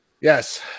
yes